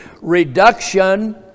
reduction